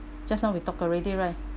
just now we talk already right